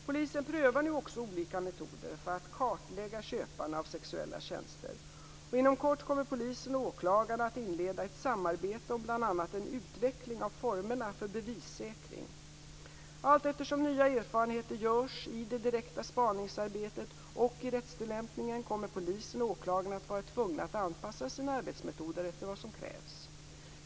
Polisen prövar nu också olika metoder för att kartlägga köparna av sexuella tjänster, och inom kort kommer polisen och åklagarna att inleda ett samarbete om bl.a. en utveckling av formerna för bevissäkring. Allteftersom nya erfarenheter görs, i det direkta spaningsarbetet och i rättstillämpningen, kommer polisen och åklagarna att vara tvungna att anpassa sina arbetsmetoder efter vad som krävs.